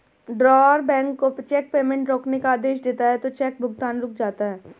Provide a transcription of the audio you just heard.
drawer bank को cheque payment रोकने का आदेश देता है तो चेक भुगतान रुक जाता है